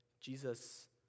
Jesus